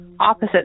opposite